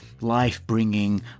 life-bringing